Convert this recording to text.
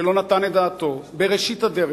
שלא נתן את דעתו, בראשית הדרך,